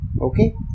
Okay